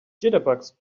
jitterbugs